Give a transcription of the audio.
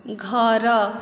ଘର